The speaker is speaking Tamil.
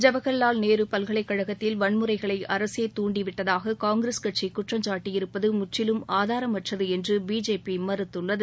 ஜவஹர்லால் நேரு பல்கலைக்கழகத்தில் வன்முறைகளை அரசே தூண்டிவிட்டதாக காங்கிரஸ் கட்சி குற்றம் சாட்டியிருப்பது முற்றிலும் ஆதாரமற்றது என்று பிஜேபி மறுத்துள்ளது